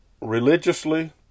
religiously